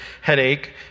headache